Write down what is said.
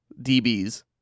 DBs